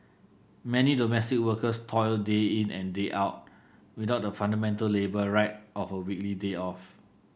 many domestic workers toil day in and day out without the fundamental labour right of a weekly day off